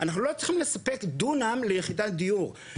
אנחנו לא צריכים לספק דונם ליחידת דיור.